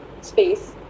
space